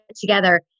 together